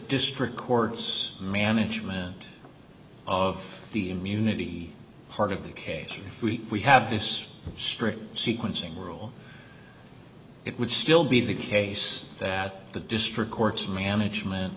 district course management of the immunity part of the case and if we have this strict sequencing worl it would still be the case that the district courts management